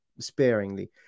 sparingly